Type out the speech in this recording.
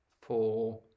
four